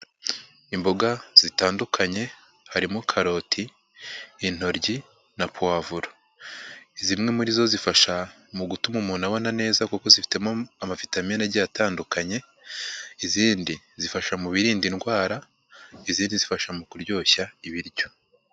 Imboga zitandukanye harimo karoti, intoryi na puwavuro. Zimwe muri zo zifasha mu gutuma umuntu abona neza kuko zifitemo amavitamine agiye atandukanye, izindi zifasha mu birinda indwara, izindi zifasha mu kuryoshya ibiryo.